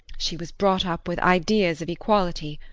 she was brought up with ideas of equality,